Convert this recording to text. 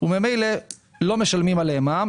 וממילא לא משלמים עליהם מע"מ.